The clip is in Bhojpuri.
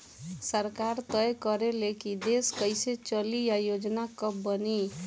सरकार तय करे ले की देश कइसे चली आ योजना का बनी